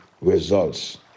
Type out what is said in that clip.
results